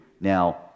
Now